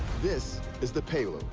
this is the